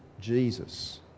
Jesus